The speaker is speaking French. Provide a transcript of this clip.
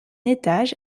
étage